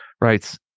writes